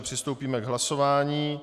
Přistoupíme k hlasování.